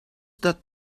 that